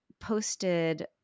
posted